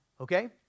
okay